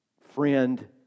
friend